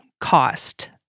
cost